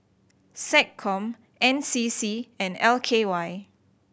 SecCom N C C and L K Y